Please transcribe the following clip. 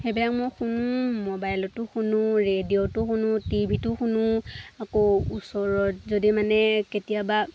সেইবিলাক মই শুনো মোবাইলতো শুনো ৰেডিঅ'তো শুনো টি ভি তো শুনো আকৌ ওচৰত যদি মানে কেতিয়াবা